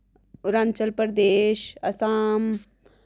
Arunachal Pradesh Assam